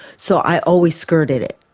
so i always skirted it,